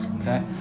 okay